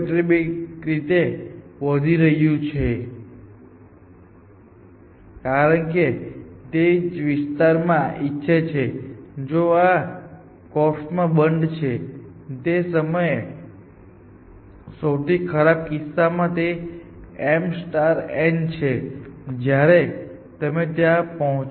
શરૂઆતમાં તે ખરેખર ખૂબ નાનું હશે પરંતુ કલોઝ નું કદ ક્યુએડ્રેટિકેલી રીતે વધી રહ્યું છે કારણ કે તે જે વિસ્તાર ઇચ્છે છે જે આ કોર્ફમાં બંધ છે જે તે સમયે સૌથી ખરાબ કિસ્સામાં તે m n છે જયારે તમે ત્યાં પહોંચો છો